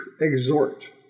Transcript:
exhort